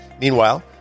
Meanwhile